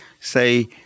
say